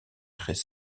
très